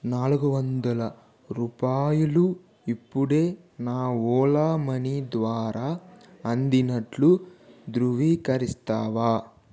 నాలుగు వందల రూపాయలు ఇప్పుడే నా ఓలా మనీ ద్వారా అందినట్లు ధృవీకరిస్తావా